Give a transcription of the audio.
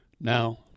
now